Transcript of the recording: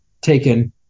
taken